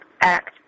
act